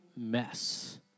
mess